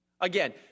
Again